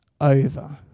over